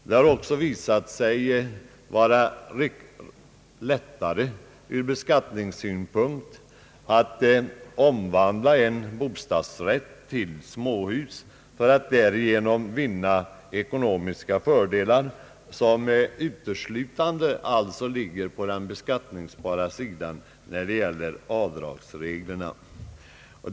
Det har också visat sig vara lättare ur beskattningssynpunkt att om att därigenom vinna ekonomiska fördelar som uteslutande ligger på beskattningssidan, dvs. betingas av avdragsreglerna.